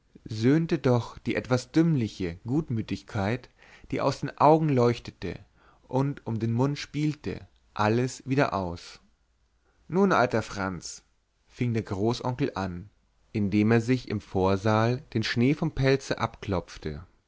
söhnte doch die etwas dümmliche gutmütigkeit die aus den augen leuchtete und um den mund spielte alles wieder aus nun alter franz fing der großonkel an indem er sich im vorsaal den schnee vom pelze abklopfte